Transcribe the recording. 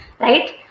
right